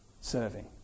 serving